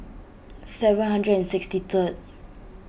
seven hundred and sixty third